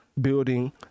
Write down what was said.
building